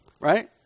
right